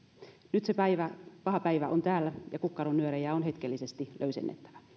nyt se paha päivä on täällä ja kukkaronnyörejä on hetkellisesti löysennettävä